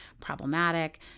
problematic